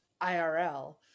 IRL